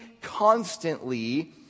constantly